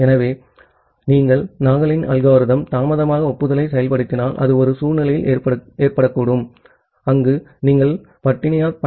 ஆகவே அதனால்தான் நீங்கள் நாக்லின் அல்கோரிதம் தாமதமாக ஒப்புதலையும் செயல்படுத்தினால் அது ஒரு சூழ்நிலையில் ஏற்படக்கூடும் அங்கு நீங்கள் ஸ்டார்வேஷனயால்starvation